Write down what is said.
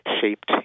shaped